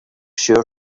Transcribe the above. sure